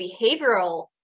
behavioral